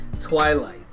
Twilight